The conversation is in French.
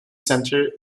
center